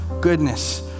goodness